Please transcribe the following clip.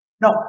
No